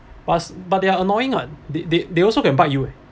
but but they are annoying [what] they they they also can bite you eh